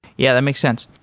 yeah. that makes sense.